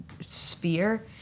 sphere